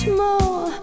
more